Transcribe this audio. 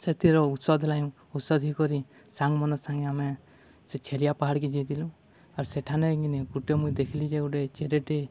ସେଥିର ଔଷଧ ଲାଇଁ ଔଷଧ ହି କରି ସାଙ୍ଗ ମନ ସାଙ୍ଗେ ଆମେ ସେ ଛେଲିଆ ପାହାଡ଼କେ ଯାଇଥିଲୁ ଆର୍ ସେଠାନେ କିନେ ଗୁଟେ ମୁଇଁ ଦେଖିଲି ଯେ ଗୋଟେ ଚିରେ ଟେ